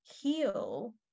heal